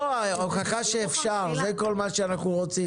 לא, הוכחה שאפשר, זה כל מה שאנחנו רוצים.